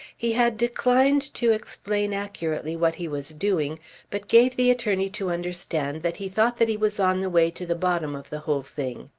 he had declined to explain accurately what he was doing but gave the attorney to understand that he thought that he was on the way to the bottom of the whole thing.